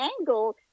angle